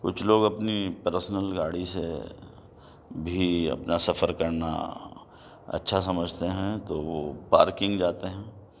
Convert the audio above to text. کچھ لوگ اپنی پرسنل گاڑی سے بھی اپنا سفر کرنا اچھا سمجھتے ہیں تو وہ پارکنگ جاتے ہیں